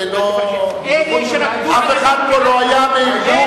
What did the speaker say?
אלה שרקדו על הדם בעזה,